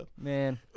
Man